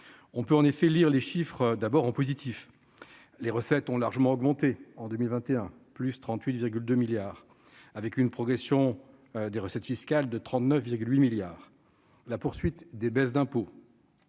on peut en effet lire les chiffres d'abord en positif, les recettes ont largement augmenté en 2021 plus 38,2 milliards avec une progression des recettes fiscales de 39 8 milliards la poursuite des baisses d'impôts.